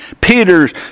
Peter's